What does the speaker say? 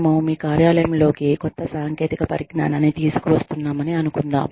మనము మీ కార్యాలయంలోకి కొత్త సాంకేతిక పరిజ్ఞానాన్ని తీసుకువస్తున్నామని అనుకుందాం